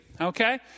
Okay